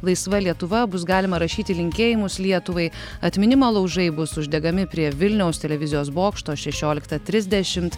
laisva lietuva bus galima rašyti linkėjimus lietuvai atminimo laužai bus uždegami prie vilniaus televizijos bokšto šešioliktą trisdešimt